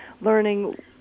learning